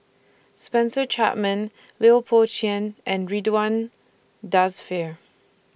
Spencer Chapman Lui Pao Chuen and Ridzwan Dzafir